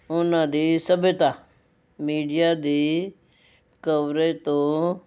ਉਹਨਾਂ ਦੀ ਸੱਭਿਅਤਾ ਮੀਡੀਆ ਦੀ ਕਵਰੇਜ ਤੋਂ